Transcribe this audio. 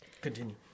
continue